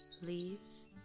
leaves